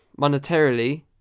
monetarily